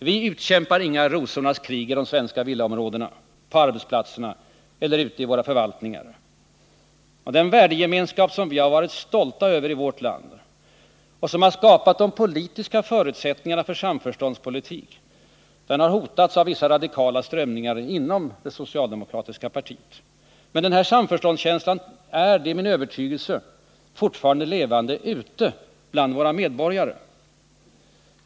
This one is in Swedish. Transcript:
Vi utkämpar inget rosornas krig i de svenska villaområdena, på arbetsplatserna eller ute i våra förvaltningar. Den värdegemenskap som vi varit stolta över i vårt land och som skapat de politiska förutsättningarna för samförståndspolitik har hotats av vissa radikala strömningar inom det socialdemokratiska partiet. Men den här samförståndskänslan är — det är min övertygelse — fortfarande levande ute bland våra medborgare.